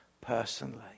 personally